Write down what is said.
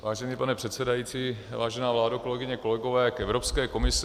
Vážený pane předsedající, vážená vládo, kolegyně, kolegové, k Evropské komisi.